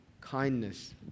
kindness